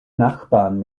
nachbarn